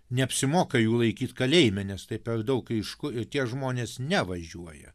neapsimoka jų laikyt kalėjime nes tai per daug ryšku ir tie žmonės nevažiuoja